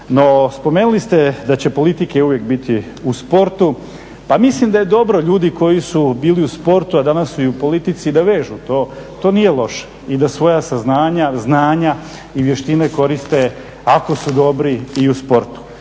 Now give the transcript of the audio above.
No spomenuli ste da će politike uvijek biti u sportu. Pa mislim da je dobro, ljudi koji su bili u sportu a danas su i u politici da vežu to, to nije loše i da svoja saznanja, znanja i vještine koriste ako su dobri i u sportu.